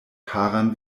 karan